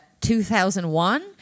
2001